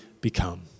become